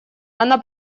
она